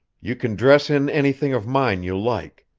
you can dress in anything of mine you like.